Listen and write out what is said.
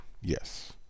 yes